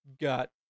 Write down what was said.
got